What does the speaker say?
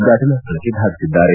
ಘಟನಾ ಸ್ಥಳಕ್ಕೆ ಧಾವಿಸಿದ್ದಾರೆ